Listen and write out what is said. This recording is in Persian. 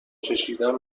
کشیدن